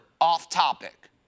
off-topic